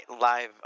live